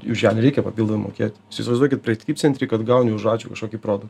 už ją nereikia papildomai mokėt įsivaizduokit prekybcentry kad gauni už ačiū kažkokį proda